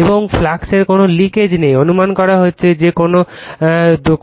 এবং ফ্লাক্সের কোন লিকেজ নেই অনুমান করা হচ্ছে যে